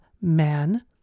man